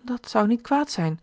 dat zou niet kwaad zijn